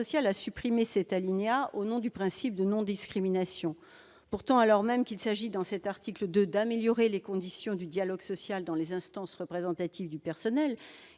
a supprimé cet alinéa au nom du principe de non-discrimination. Pourtant, alors même que l'article 2 a pour objet d'améliorer les conditions du dialogue social dans les instances représentatives du personnel,